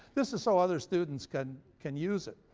this is so other students can can use it.